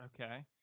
Okay